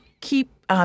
keep